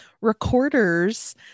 recorders